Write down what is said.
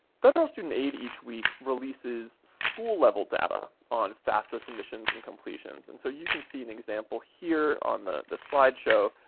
federal student aid each week releases school-level data on fafsa submissions and completions. and so you can see an example here on the the slideshow.